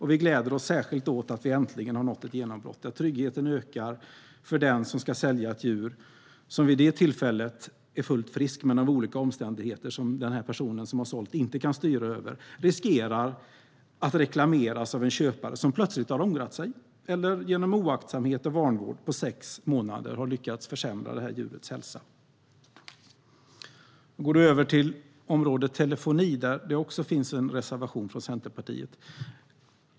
Vi gläder oss särskilt åt att vi äntligen har nått ett genombrott där tryggheten ökar för den som ska sälja ett djur som vid det tillfället är fullt friskt men av olika omständigheter som den person som har sålt inte kan styra över riskerar att reklameras av en köpare som plötsligt har ångrat sig eller som genom oaktsamhet och vanvård på sex månader har lyckats försämra djurets hälsa. Jag går över till området telefoni, där det också finns en reservation från Centerpartiet.